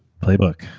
playbook,